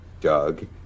Doug